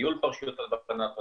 ניהול פרשיות הלבנת הון,